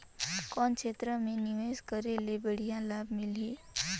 कौन क्षेत्र मे निवेश करे ले बढ़िया लाभ मिलही?